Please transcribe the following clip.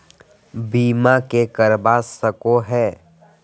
बीमा के करवा सको है?